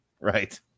Right